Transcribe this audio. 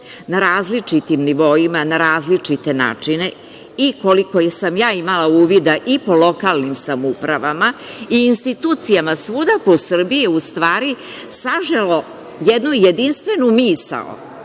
na različitim nivoima, na različite načine. Koliko sam ja imala uvida i po lokalnim samoupravama i institucijama svuda po Srbiji, u stvari saželo jednu jedinstvenu misao